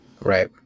Right